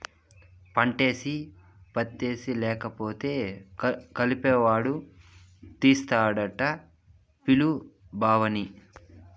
పంటేసి పత్తా లేకపోతే కలుపెవడు తీస్తాడట పిలు బావని